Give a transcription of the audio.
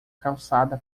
calçada